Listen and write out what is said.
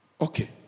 Okay